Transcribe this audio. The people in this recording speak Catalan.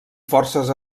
forces